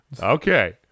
Okay